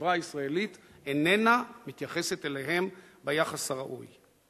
שהחברה הישראלית איננה מתייחסת אליהם ביחס הראוי.